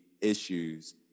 issues